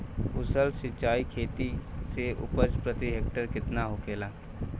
कुशल सिंचाई खेती से उपज प्रति हेक्टेयर केतना होखेला?